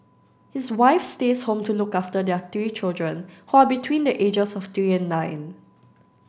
his wife stays home to look after their three children who are between the ages of three and nine